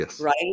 right